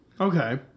Okay